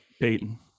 Payton